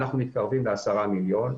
אנחנו מתקרבים היום ל-10 מיליון.